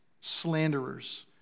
slanderers